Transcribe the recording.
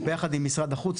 ביחד עם משרד החוץ,